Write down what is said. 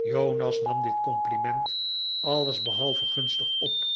jonas nam dit compliment alles behalve gunstig op